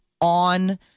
on